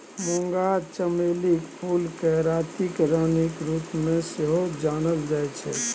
मूंगा चमेलीक फूलकेँ रातिक रानीक रूपमे सेहो जानल जाइत छै